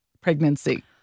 pregnancy